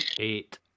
Eight